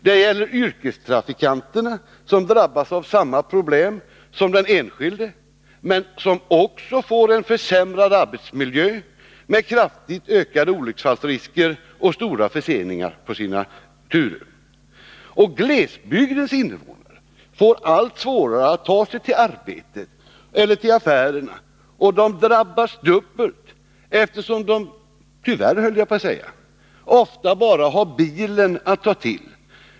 Det gäller yrkestrafikanterna som drabbas av samma problem som den enskilde, men som också får en försämring av arbetsmiljön med kraftigt ökade olycksfallsrisker och stora förseningar på sina turer. Glesbygdens invånare får allt svårare att ta sig till arbetet eller till affärerna, och de drabbas dubbelt, eftersom de tyvärr, höll jag på att säga, ofta bara har bilen att ta till.